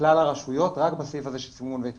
בכלל הרשויות רק בסעיף של סימון והתקנים.